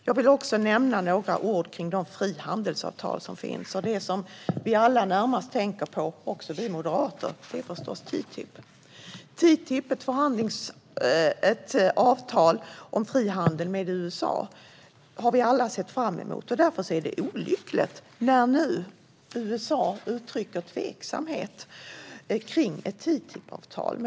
Jag vill också nämna några ord om de frihandelsavtal som finns. Det som vi alla närmast tänker på, också vi moderater, är förstås TTIP. Det är ett avtal om frihandel med USA som vi alla har sett fram emot. Därför är det olyckligt när nu USA uttrycker tveksamhet kring ett TTIP-avtal.